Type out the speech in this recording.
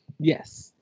Yes